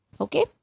okay